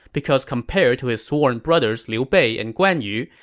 because compared to his sworn brothers liu bei and guan yu,